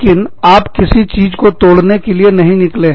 लेकिन आप किसी चीज को तोड़ने के लिए नहीं निकले